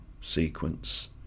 sequence